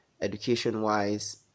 education-wise